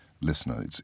listener